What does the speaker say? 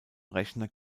rechner